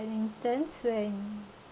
an instance when